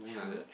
like that